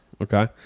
Okay